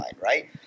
right